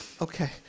okay